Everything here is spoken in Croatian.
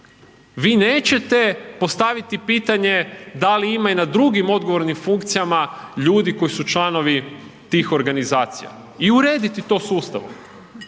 vi nećete postaviti pitanje da li ima i na drugim odgovornim funkcijama ljudi koji su članovi tih organizacija i urediti to sustavom.